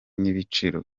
n’ibiciro